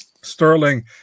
Sterling